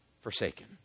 forsaken